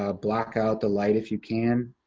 ah block out the light, if you can.